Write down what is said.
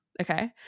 okay